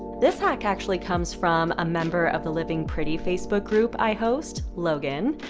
this hack actually comes from a member of the living pretty facebook group i host, logan.